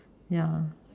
ya lor